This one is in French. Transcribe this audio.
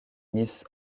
miss